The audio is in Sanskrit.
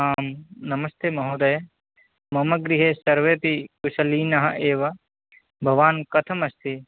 आं नमस्ते महोदय मम गृहे सर्वेऽपि कुशलिनः एव भवान् कथमस्ति